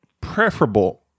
preferable